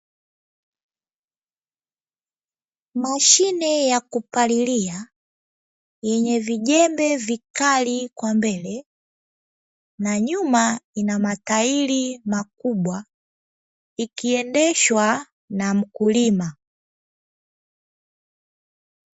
Mashine ya kupalilia yenye vijembe vikali kwa mbele na nyuma ina matairi makubwa ikiendeshwa na mkulima.